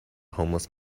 homeless